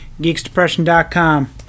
Geeksdepression.com